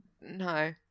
No